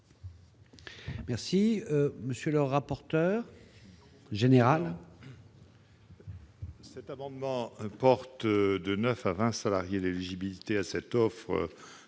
? Monsieur le rapporteur général,